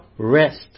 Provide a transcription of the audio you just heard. rest